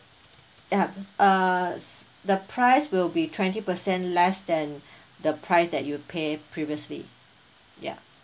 ya uh s~ the price will be twenty percent less than the price that you pay previously ya